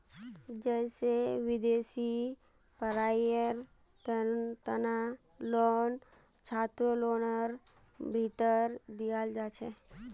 जैसे विदेशी पढ़ाईयेर तना लोन छात्रलोनर भीतरी दियाल जाछे